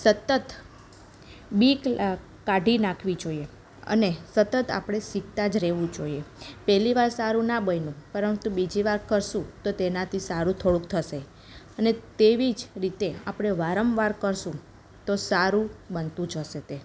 સતત બીક કાઢી નાંખવી જોઈએ અને સતત આપણે શીખતા જ રહેવું જોઈએ પહેલી વાર સારું ના બન્યું પરંતુ બીજી વાર કરશું તો તેનાથી સારું થોડુક થશે અને તેવી જ રીતે આપણે વારવાર કરશું તો સારું બનતું જશે તે